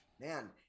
Man